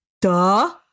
Duh